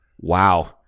Wow